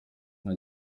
nka